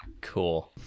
Cool